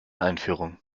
einführung